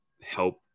help